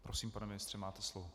Prosím, pane ministře, máte slovo.